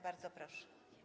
Bardzo proszę.